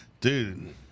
Dude